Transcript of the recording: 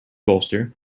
bolster